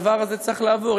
הדבר הזה צריך לעבור.